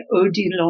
Odilon